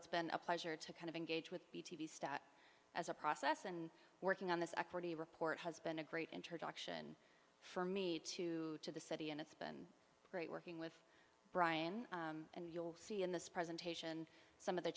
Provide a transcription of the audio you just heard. it's been a pleasure to kind of engage with the t v stuff as a process and working on this equity report has been a great introduction for me to to the city and it's been great working with brian and you'll see in this presentation some of the